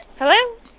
Hello